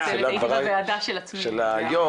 בתחילת הדברים של היו"ר,